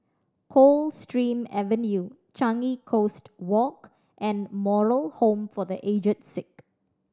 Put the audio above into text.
Coldstream Avenue Changi Coast Walk and Moral Home for The Aged Sick